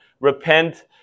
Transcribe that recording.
repent